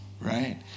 right